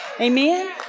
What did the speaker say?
Amen